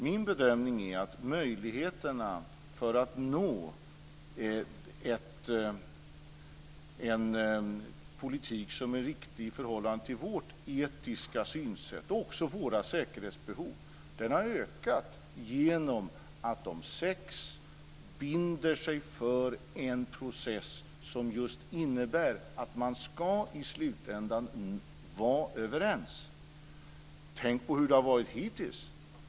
Min bedömning är att möjligheterna för att nå en politik som är riktig i förhållande till vårt etiska synsätt och också våra säkerhetsbehov har ökat genom att de sex länderna binder sig för en process som just innebär att man i slutändan ska vara överens. Tänk på hur det har varit hittills!